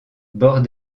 bords